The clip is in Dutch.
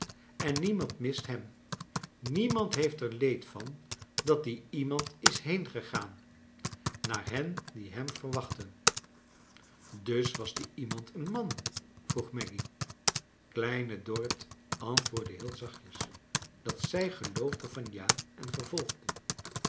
en niemand mist hem niemand heeft er leed van dat die iemand is heengegaan naar hen die hem verwachtten dus was die iemand een man vroeg maggy kleine dorrit antwoordde heel zachtjes dat zij geloofde van ja en vervolgde